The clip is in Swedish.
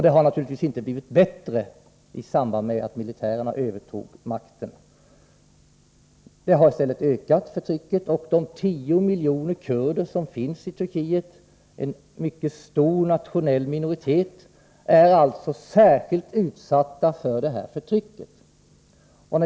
Det har naturligtvis inte blivit bättre i och med att militärerna övertog makten. Förtrycket har i stället ökat, och de tio miljoner kurder som finns i Turkiet — en mycket stor nationell minoritet — är särskilt utsatta för detta förtryck.